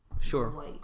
Sure